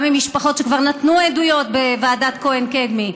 גם ממשפחות שכבר נתנו עדויות בוועדת כהן-קדמי,